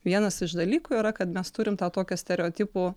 vienas iš dalykų yra kad mes turim tą tokią stereotipų